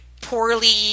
poorly